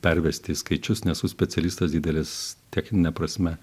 pervesti į skaičius nesu specialistas didelis technine prasme